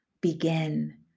begin